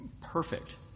perfect